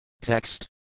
text